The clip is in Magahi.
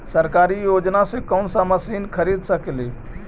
सरकारी योजना से कोन सा मशीन खरीद सकेली?